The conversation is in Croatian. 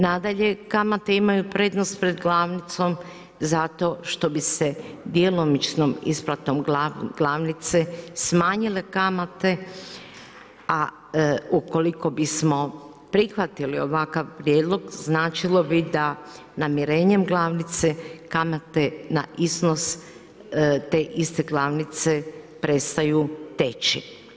Nadalje, kamate imaju prednost pred glavnicom zato što bi se djelomičnom isplatom glavnice smanjile kamate a ukoliko bismo prihvatili ovakav prijedlog značilo bi da namirenjem glavnice kamate na iznos te iste glavnice prestaju teći.